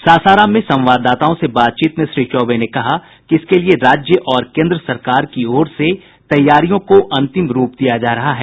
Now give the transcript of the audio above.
सासाराम में संवाददाताओं से बाचतीत में श्री चौबे ने कहा कि इसके लिए राज्य और केन्द्र सरकार की ओर से तैयारियों को अंतिम रूप दिया जा रहा है